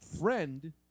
friend